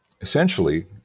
Essentially